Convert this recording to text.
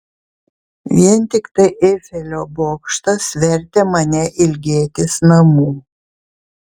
vien tiktai eifelio bokštas vertė mane ilgėtis namų